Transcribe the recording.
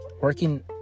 working